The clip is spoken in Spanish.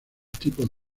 tipos